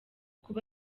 kuba